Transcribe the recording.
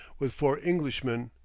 with four englishmen,